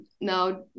now